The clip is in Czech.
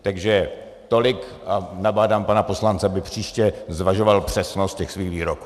Takže tolik a nabádám pana poslance, aby příště zvažoval přesnost svých výroků.